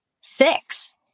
six